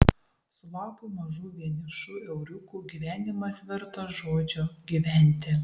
sulaukiau mažų vienišų euriukų gyvenimas vertas žodžio gyventi